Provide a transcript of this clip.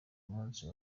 munsi